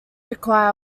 require